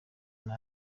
bibi